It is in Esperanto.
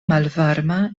malvarma